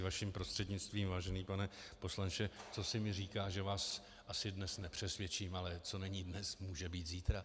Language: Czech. Vaším prostřednictvím, vážený pane poslanče, cosi mi říká, že vás asi dnes nepřesvědčím, ale co není dnes, může být zítra.